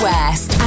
West